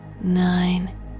Nine